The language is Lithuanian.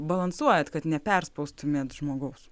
balansuojat kad neperspaustumėt žmogaus